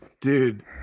Dude